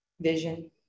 vision